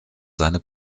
seine